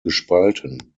gespalten